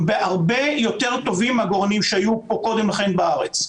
הם בהרבה יותר טובים מהעגורנים שהיו פה קודם לכן בארץ.